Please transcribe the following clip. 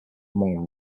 among